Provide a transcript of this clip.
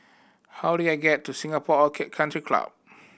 how do I get to Singapore Orchid Country Club